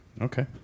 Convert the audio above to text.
Okay